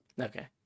okay